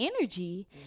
energy